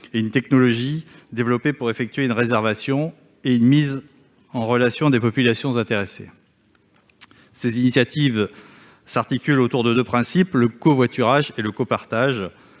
et une technologie développée pour effectuer une réservation et une mise en relation des populations intéressées. Ces initiatives s'articulent autour de deux principes : le covoiturage et le copartage.